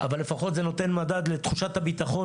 אבל לפחות זה נותן מדד לתחושת הביטחון